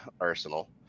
Arsenal